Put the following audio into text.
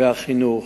והחינוך.